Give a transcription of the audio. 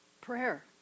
Prayer